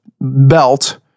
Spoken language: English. belt